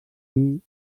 orpí